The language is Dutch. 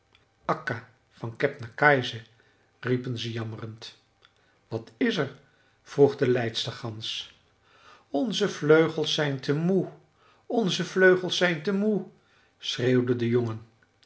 akka van kebnekaise riepen ze jammerend wat is er vroeg de leidstergans onze vleugels zijn te moe onze vleugels zijn te moe schreeuwden de jongen